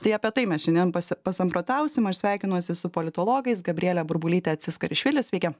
tai apie tai mes šiandien pasi pasamprotausim aš sveikinuosi su politologais gabriele burbulyte ciskarišvili sveiki